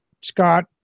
Scott